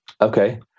Okay